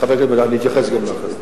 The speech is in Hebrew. חבר הכנסת מגלי, אני אתייחס גם לאחרים.